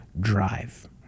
drive